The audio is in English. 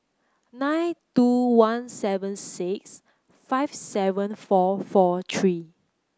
nine two one seven six five seven four four three